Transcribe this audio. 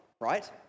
right